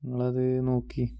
നിങ്ങൾ അത് നോക്കി